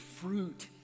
fruit